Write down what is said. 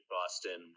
Boston